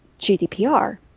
GDPR